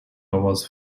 was